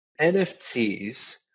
NFTs